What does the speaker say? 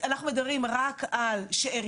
אני יכולה לספר לכם את כל הליכי האכיפה שעשינו,